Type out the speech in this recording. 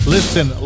Listen